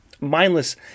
mindless